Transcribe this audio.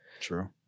True